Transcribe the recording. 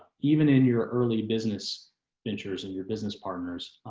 even in your early business ventures and your business partners,